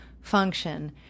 function